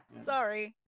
Sorry